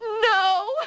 no